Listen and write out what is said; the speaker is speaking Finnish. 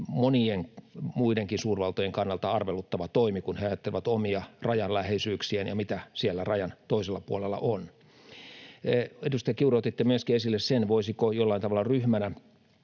monien muidenkin suurvaltojen kannalta arveluttava toimi, kun he ajattelevat omia rajanläheisyyksiään ja mitä siellä rajan toisella puolella on. Edustaja Kiuru, otitte myöskin esille, voitaisiinko jollain tavalla ryhmänä